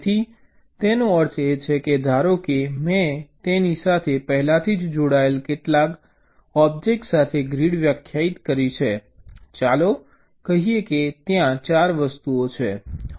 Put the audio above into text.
તેથી તેનો અર્થ એ છે કે ધારો કે મેં તેની સાથે પહેલાથી જ જોડાયેલ કેટલાક ઓબ્જેક્ટ સાથે ગ્રીડ વ્યાખ્યાયિત કરી છે ચાલો કહીએ કે ત્યાં 4 વસ્તુઓ છે